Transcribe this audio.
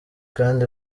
kandi